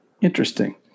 Interesting